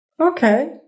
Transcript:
Okay